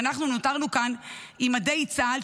ואנחנו נותרנו כאן עם מדי צה"ל,